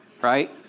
Right